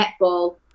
netball